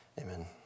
Amen